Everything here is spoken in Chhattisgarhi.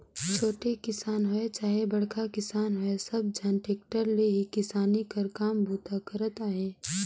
छोटे किसान होए चहे बड़खा किसान होए सब झन टेक्टर ले ही किसानी कर काम बूता करत अहे